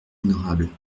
honorable